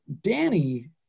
Danny